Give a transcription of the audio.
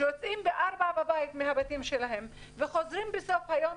יוצאים ב-4:00 בבוקר מהבתים שלהם וחוזרים בסוף היום,